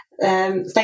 Thank